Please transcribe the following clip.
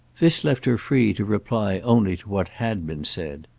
this left her free to reply only to what had been said.